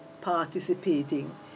participating